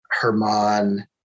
Herman